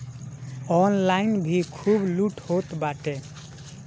online भी खूब लूट होत बाटे